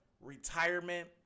retirement